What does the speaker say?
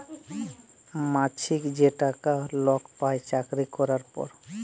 মাছিক যে টাকা লক পায় চাকরি ক্যরার পর